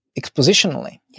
expositionally